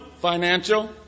financial